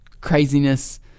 craziness